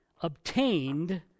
obtained